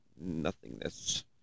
nothingness